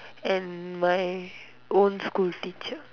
and my old school teacher